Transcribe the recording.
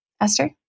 Esther